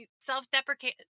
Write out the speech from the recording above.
self-deprecate